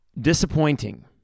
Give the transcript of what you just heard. disappointing